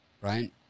Right